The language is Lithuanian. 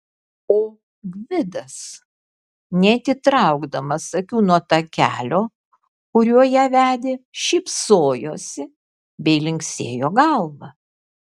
o gvidas neatitraukdamas akių nuo takelio kuriuo ją vedė šypsojosi bei linksėjo galva